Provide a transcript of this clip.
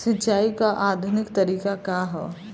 सिंचाई क आधुनिक तरीका का ह?